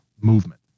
movement